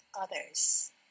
others